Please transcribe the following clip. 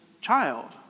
child